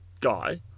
guy